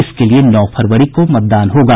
इसके लिए नौ फरवरी को मतदान होगा